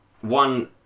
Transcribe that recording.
One